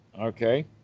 okay